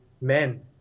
men